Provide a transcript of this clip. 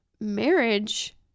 marriage